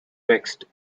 vexed